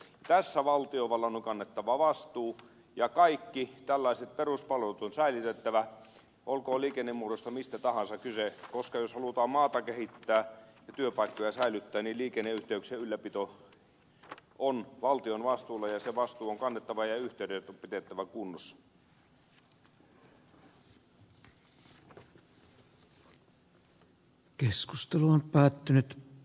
tässä valtiovallan on kannettava vastuu ja kaikki tällaiset peruspalvelut on säilytettävä olkoon mistä tahansa liikennemuodosta kyse koska jos halutaan maata kehittää ja työpaikkoja säilyttää niin liikenneyhteyksien ylläpito on valtion vastuulla ja se vastuu on kannettava ja yhteydet on päättynyt